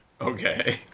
Okay